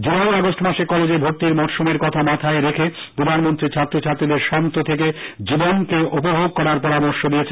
July August মাসে কলেজে ভর্তির মরশুমের কথা মাথায় রেখে প্রধানমন্ত্রী ছাত্রছাত্রীদের শান্ত থেকে জীবনকে উপভোগ করার পরামর্শ দিয়েছেন